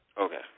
Okay